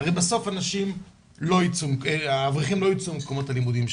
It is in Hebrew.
הרי בסוף האברכים לא יצאו ממקומות הלימודים שלהם.